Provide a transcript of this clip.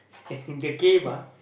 as in the cave ah